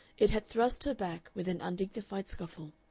it had thrust her back with an undignified scuffle,